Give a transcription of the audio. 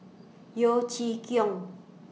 Yeo Chee Kiong